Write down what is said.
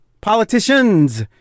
politicians